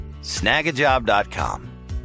Snagajob.com